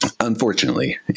unfortunately